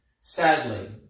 sadly